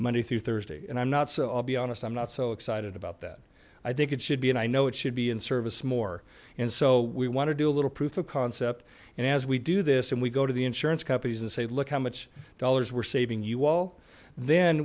monday through thursday and i'm not so i'll be honest i'm not so excited about that i think it should be and i know it should be in service more and so we want to do a little proof of concept and as we do this and we go to the insurance companies and say look how much dollars we're saving you all then